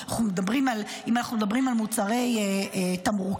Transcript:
אם אנחנו מדברים על מוצרי תמרוקים,